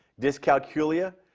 dyscalculia.